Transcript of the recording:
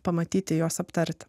pamatyti juos aptarti